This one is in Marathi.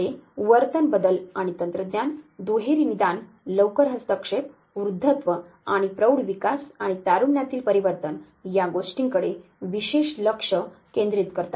ते वर्तन बदल आणि तंत्रज्ञान दुहेरी निदान लवकर हस्तक्षेप वृद्धत्व आणि प्रौढ विकास आणि तारुण्यातील परिवर्तन या गोष्टींकडे विशेष लक्ष केन्द्रित करतात